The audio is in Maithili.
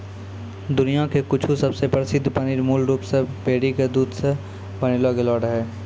दुनिया के कुछु सबसे प्रसिद्ध पनीर मूल रूप से भेड़ी के दूध से बनैलो गेलो रहै